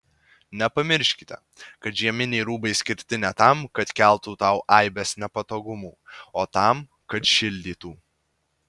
nepamirškite kad žieminiai rūbai skirti ne tam kad keltų tau aibes nepatogumų o tam kad šildytų